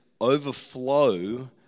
overflow